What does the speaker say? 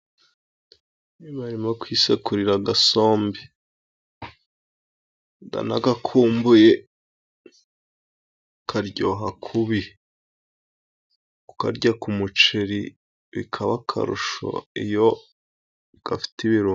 Barimo kwisekurira agasombe .Ndanagakumbuye karyoha kubi , Kukarya ku muceri bikaba akarusho . Iyo ufite ibirungo.